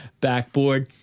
backboard